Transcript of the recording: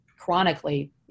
Chronically